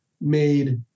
made